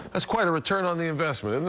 that's quite a return on the investment. and